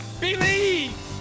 believe